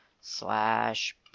slash